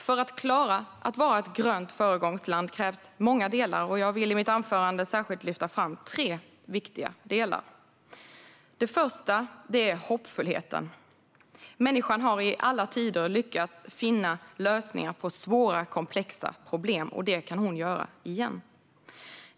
För att klara att vara ett grönt föregångsland krävs många delar. Jag vill i mitt anförande särskilt lyfta fram tre viktiga delar. Det första jag vill lyfta fram är hoppfullheten. Människan har i alla tider lyckats finna lösningar på svåra komplexa problem, och det kan hon göra igen.